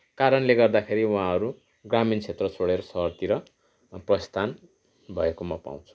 कारणले गर्दाखेरि उहाँहरू ग्रामीण क्षेत्र छोडे्र सहरतिर प्रस्थान भएको म पाउँछु